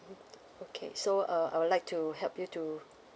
okay so uh I would like to help you to